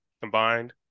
combined